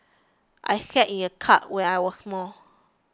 I sat in a cart when I was small